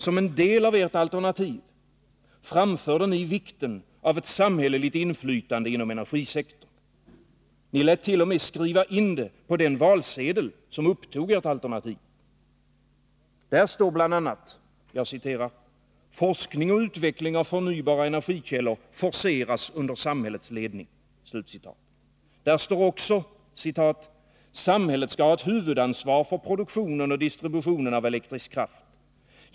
Som en del av ert alternativ framförde ni vikten av ett samhälleligt inflytande inom energisektorn. Ni lätt.o.m. skriva in det på den valsedel som upptog ert alternativ. Där står bl.a.: ”Forskning och utveckling av förnybara energikällor forceras under samhällets ledning.” Där står också: ”Samhället skall ha ett huvudansvar för produktionen och distributionen av elektrisk kraft.